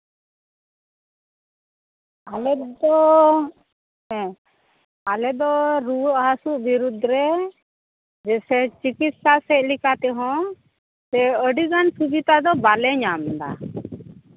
ᱟᱞᱮ ᱫᱚ ᱦᱮᱸ ᱟᱞᱮ ᱫᱚ ᱨᱩᱣᱟᱹᱜᱼᱦᱟᱹᱥᱩᱜ ᱵᱤᱨᱩᱫ ᱨᱮ ᱡᱮ ᱥᱮ ᱪᱤᱠᱤᱥᱥᱟ ᱥᱮᱫ ᱞᱮᱠᱟᱛᱮ ᱦᱚᱸ ᱥᱮ ᱟᱹᱰᱤ ᱜᱟᱱ ᱥᱩᱵᱤᱛᱟ ᱛᱚ ᱵᱟᱞᱮ ᱧᱟᱢᱫᱟ